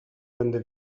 będę